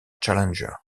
challenger